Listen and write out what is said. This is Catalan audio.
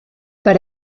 per